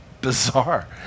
bizarre